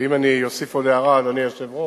ואם אני אוסיף עוד הערה, אדוני היושב-ראש,